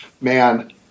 Man